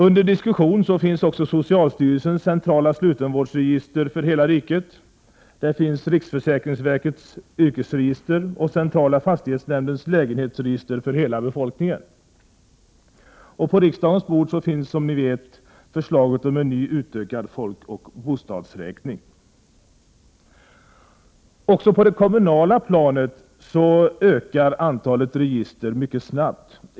Under diskussion finns socialstyrelsens centrala slutenvårdsregister för hela riket, riksförsäkringsverkets yrkesregister och centrala fastighetshämndens lägenhetsregister för hela befolkningen. På riksdagens bord finns som ni vet förslaget om en ny utökad folkoch bostadsräkning. Även på det kommunala planet ökar antalet register mycket snabbt.